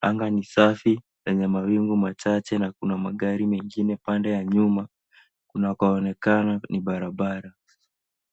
Anga ni safi lenye mawingu machache na kuna magari mengine pande ya nyuma Kunako onekana ni barabara.